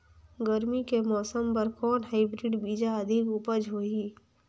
गरमी के मौसम बर कौन हाईब्रिड बीजा अधिक उपज होही?